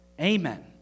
Amen